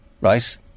right